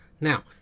now